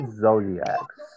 zodiacs